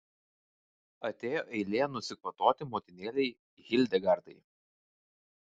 atėjo eilė nusikvatoti motinėlei hildegardai